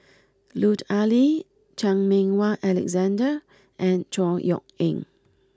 Lut Ali Chan Meng Wah Alexander and Chor Yeok Eng